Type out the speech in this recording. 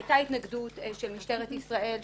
הייתה התנגדות של משטרת ישראל,